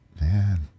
Man